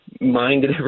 minded